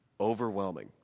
overwhelming